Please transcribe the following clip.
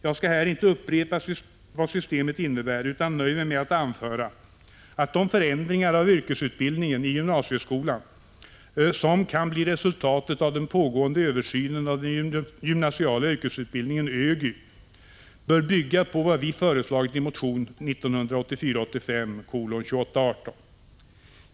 Jag skall här inte upprepa vad systemet innebär utan nöjer mig med att anföra att de förändringar av yrkesutbildningen i gymnasieskolan som kan bli resultat av den pågående översynen av den gymnasiala yrkesutbildningen bör bygga på vad vi föreslagit i motion 1984/85:2818.